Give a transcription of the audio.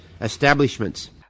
establishments